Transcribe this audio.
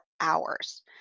hours